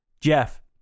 Jeff